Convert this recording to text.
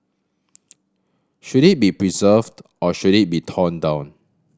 should it be preserved or should it be torn down